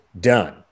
Done